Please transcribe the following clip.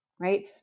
right